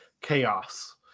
chaos